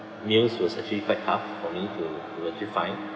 meals was actually quite hard for me to to actually find